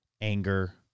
anger